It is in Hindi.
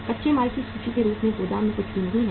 कच्चे माल की सूची के रूप में गोदाम में कुछ भी नहीं है